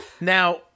Now